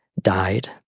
died